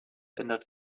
ändert